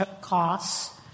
costs